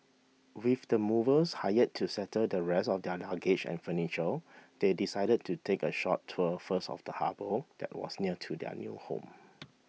with the movers hired to settle the rest of their luggage and furniture they decided to take a short tour first of the harbour that was near to their new home